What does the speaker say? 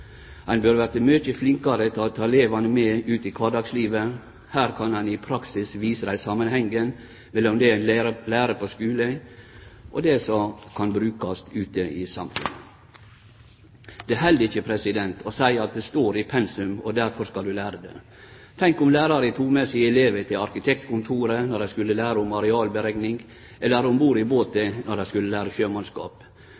Ein bør verte mykje flinkare til å ta elevane med ut i kvardagslivet. Her kan ein i praksis vise dei samanhengen mellom det ein lærer på skulen og det som kan brukast ute i samfunnet. Det held ikkje å seie at det står i pensum og derfor skal du lære det. Tenk om læraren tok med seg elevane til arkitektkontoret når dei skulle lære om arealberekning, eller om bord i